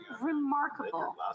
remarkable